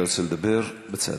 אתה רוצה לדבר, בצד.